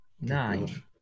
nine